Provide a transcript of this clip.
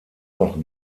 noch